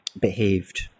behaved